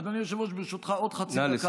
אדוני היושב-ראש, ברשותך, עוד חצי דקה.